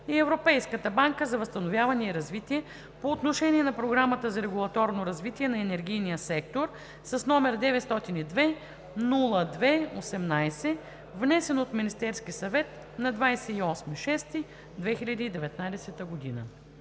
и Европейската банка за възстановяване и развитие по отношение на Програмата за регулаторно развитие на енергийния сектор, № 902-02-18, внесен от Министерския съвет на 28 юни 2019 г.“